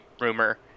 rumor